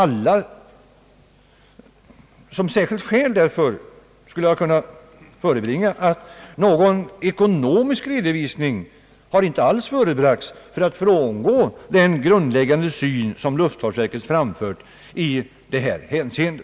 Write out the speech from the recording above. Såsom särskilt skäl härför skulle jag kunna anföra att någon ekonomisk redovisning inte alls har förebragts för att frångå den grundläggande syn som luftfartsverket har i detta hänseende.